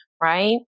right